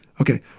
Okay